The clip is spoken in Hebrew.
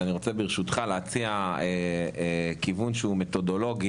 אני רוצה, ברשותך, להציע כיוון מתודולוגי